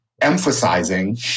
emphasizing